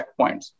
checkpoints